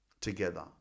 together